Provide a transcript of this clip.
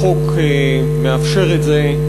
החוק מאפשר את זה,